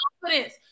confidence